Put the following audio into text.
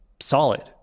solid